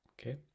okay